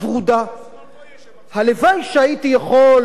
הלוואי שהייתי יכול לבוא לראש הממשלה